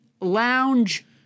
lounge